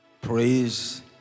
praise